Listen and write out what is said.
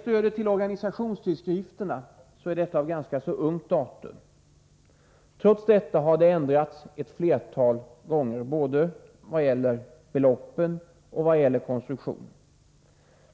Stödet till organisationstidskrifter är av ganska ungt datum. Trots detta har det ändrats flera gånger, både i vad gäller beloppen och i vad gäller konstruktionen.